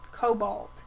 Cobalt